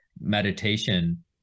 meditation